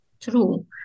true